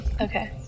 Okay